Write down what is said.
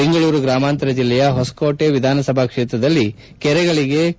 ಬೆಂಗಳೂರು ಗ್ರಾಮಾಂತರ ಬೆಲ್ಲೆಯ ಹೊಸಕೋಟೆ ವಿಧಾನಸಭಾ ಕ್ಷೇತ್ರದಲ್ಲಿ ಕೆರೆಗಳಿಗೆ ಕೆ